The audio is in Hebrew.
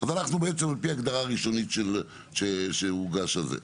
אז אנחנו בעצם על לפי הגדרה ראשונית שהוגש הזה,